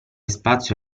spazio